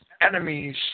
enemies